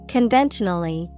Conventionally